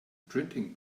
printing